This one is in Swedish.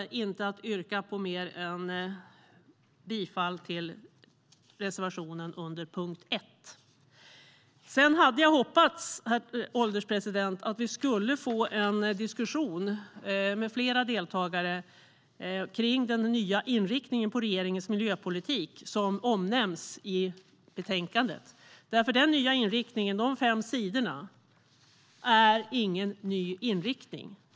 Jag yrkar för tids vinnande bifall bara till reservationen under punkt 1 i betänkandet. Jag hade, herr ålderspresident, hoppats att vi skulle få en diskussion med flera deltagare kring den nya inriktning av regeringens miljöpolitik som omnämns i betänkandet. De fem sidorna är nämligen ingen ny inriktning.